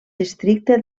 districte